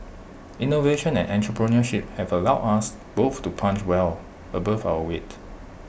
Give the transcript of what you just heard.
innovation and entrepreneurship have allowed us both to punch well above our weight